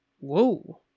Whoa